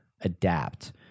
adapt